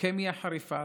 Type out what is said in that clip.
לוקמיה חריפה,